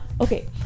okay